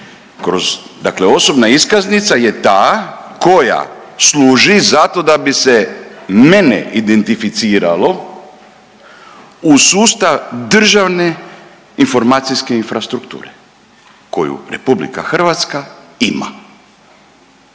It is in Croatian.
dakle osobna iskaznica je ta koja služi zato da bi se mene identificiralo u sustav državne informacijske infrastrukture koju Republika Hrvatska ima.